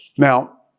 Now